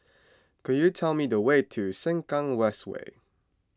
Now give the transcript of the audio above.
could you tell me the way to Sengkang West Way